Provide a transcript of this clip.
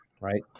right